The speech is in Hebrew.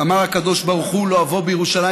"אמר הקדוש ברוך הוא לא אבוא בירושלים